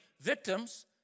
victims